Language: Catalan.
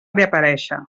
reaparèixer